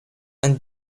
and